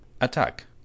Attack